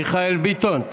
מיכאל ביטון,